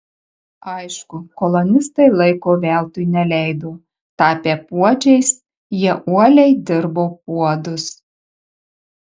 aišku kolonistai laiko veltui neleido tapę puodžiais jie uoliai dirbo puodus